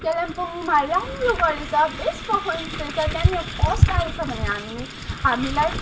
कालिम्पोङमा राम्रो गरेछ बेस्ट पर्फमेन्स दिएछ त्यहाँनिर फर्स्ट आएछ भने हामी हामीलाई